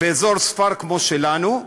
באזור סְפר כמו שלנו,